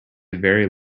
very